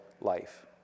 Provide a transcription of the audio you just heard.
life